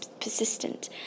persistent